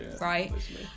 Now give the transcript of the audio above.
Right